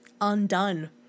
undone